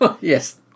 Yes